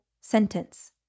sentence